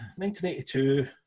1982